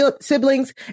siblings